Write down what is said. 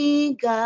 God